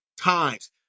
times